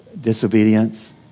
disobedience